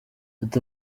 ati